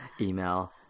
email